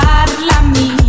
Parlami